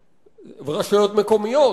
לגבי מנגנוני המימון,